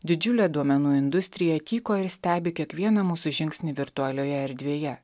didžiulė duomenų industrija tyko ir stebi kiekvieną mūsų žingsnį virtualioje erdvėje